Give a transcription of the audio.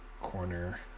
corner